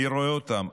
אני רואה אותם.